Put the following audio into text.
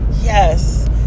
yes